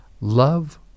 Love